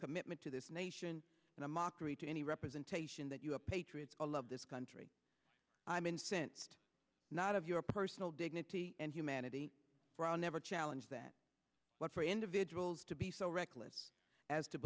commitment to this nation and a mockery to any representation that you have patriots all of this country i'm incensed not of your personal dignity and humanity rahnavard challenge that what for individuals to be so reckless as to